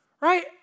right